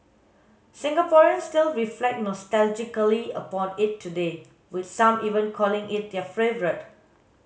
Singaporeans still reflect nostalgically upon it today with some even calling it their favourite